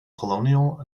colonial